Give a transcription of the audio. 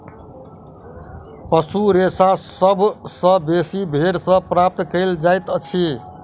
पशु रेशा सभ सॅ बेसी भेंड़ सॅ प्राप्त कयल जाइतअछि